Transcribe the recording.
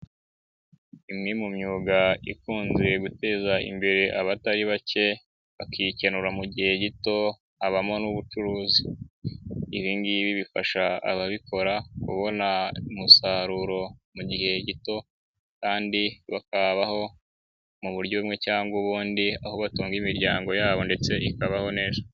Imwe mu myuga ikunze guteza imbere abatari bake bakikenura mu gihe gito habamo n'ubucuruzi, ibi ngibi bifasha ababikora kubona umusaruro mu gihe gito kandi bakabaho mu buryo bumwe cyangwa ubundi aho batunga imiryango yabo ndetse ikabaho neza.